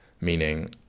meaning